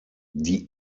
die